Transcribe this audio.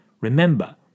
Remember